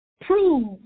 prove